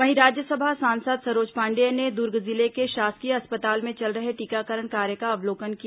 वहीं राज्यसभा सांसद सरोज पांडेय ने दुर्ग जिले के शासकीय अस्पताल में चल रहे टीकाकरण कार्य का अवलोकन किया